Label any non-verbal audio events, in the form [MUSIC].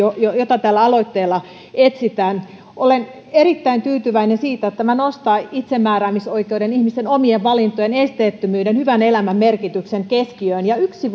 joita tällä aloitteella etsitään olen erittäin tyytyväinen siitä että tämä nostaa itsemääräämisoikeuden ihmisen omien valintojen esteettömyyden hyvän elämän merkityksen keskiöön yksi [UNINTELLIGIBLE]